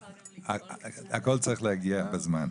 הכל צריך להגיע בזמן.